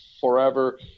forever